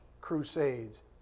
crusades